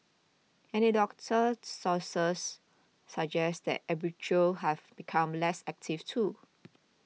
anecdotal sources suggest that arbitrageurs have become less active too